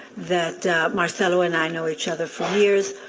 that marcelo and i know each other for years.